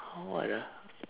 !huh! what ah